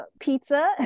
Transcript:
pizza